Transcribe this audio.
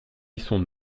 son